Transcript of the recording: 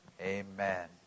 Amen